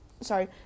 sorry